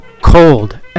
Cold